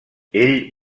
ell